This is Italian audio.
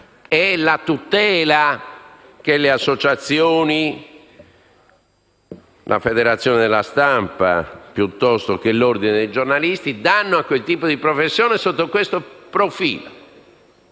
e la tutela che le associazioni, la federazione della stampa piuttosto che l'Ordine dei giornalisti danno a quel tipo di professione sotto questo profilo.